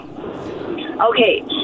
Okay